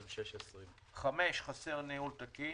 ירושלים) חסר ניהול תקין.